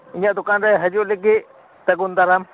ᱤᱧᱟᱹᱜ ᱫᱚᱠᱟᱱ ᱨᱮ ᱦᱤᱡᱩᱜ ᱞᱟᱹᱜᱤᱫ ᱥᱟᱹᱜᱩᱱ ᱫᱟᱨᱟᱢ